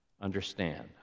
understand